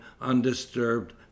undisturbed